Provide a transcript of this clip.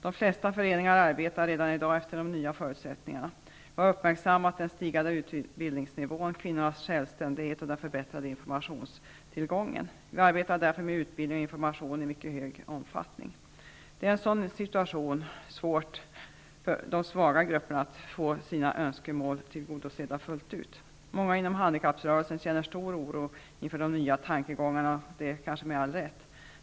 De flesta föreningar arbetar redan i dag efter de nya förutsättningarna. Vi har uppmärksammat den stigande utbildningsnivån, kvinnornas självständighet och den förbättrade informationstillgången. Vi arbetar därför med utbildning och information i mycket hög omfattning. Det är svårt för de svaga grupperna att få sina önskemål tillgodosedda fullt ut i en sådan situation. Många inom handikapprörelsen känner stor oro inför de nya tankegångarna, och det är kanske med all rätt.